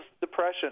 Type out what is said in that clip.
depression